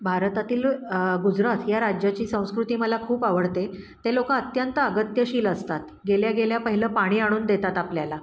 भारतातील गुजराथ या राज्याची संस्कृती मला खूप आवडते ते लोकं अत्यंत अगत्यशील असतात गेल्या गेल्या पहिलं पाणी आणून देतात आपल्याला